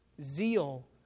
Zeal